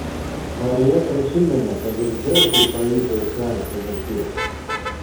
marija prisiminė kad ir dzeusui pavyko išvengti mirties